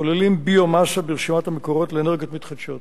כוללים ביו-מאסה ברשימת המקורות לאנרגיות מתחדשות.